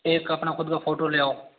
एक अपना खुद का फोटो ले आओ